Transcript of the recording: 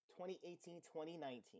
2018-2019